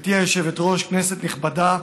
גברתי היושבת-ראש, כנסת נכבדה,